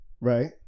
Right